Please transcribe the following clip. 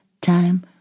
time